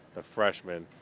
the freshman.